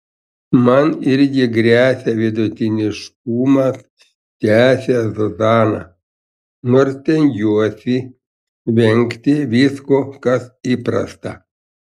man irgi gresia vidutiniškumas tęsia zuzana nors stengiuosi vengti visko kas įprasta